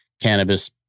cannabis